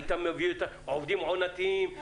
היית מביא עובדים עונתיים,